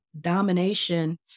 domination